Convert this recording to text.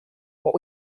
what